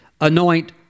Anoint